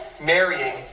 marrying